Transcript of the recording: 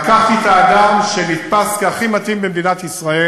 לקחתי את האדם שנתפס הכי מתאים במדינת ישראל.